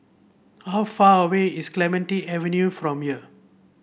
how far away is Clementi Avenue from here